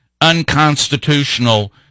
unconstitutional